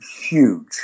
huge